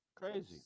Crazy